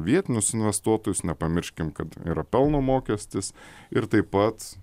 vietinius investuotojus nepamirškim kad yra pelno mokestis ir taip pat